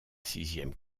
sixième